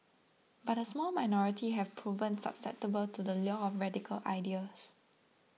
but a small minority have proven susceptible to the lure of radical ideas